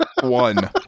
one